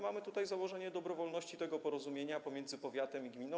Mamy tutaj założenie dobrowolności tego porozumienia pomiędzy powiatem i gminą.